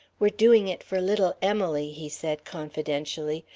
we're doing it for little emily, he said confidentially.